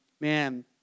man